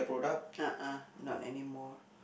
ah ah not anymore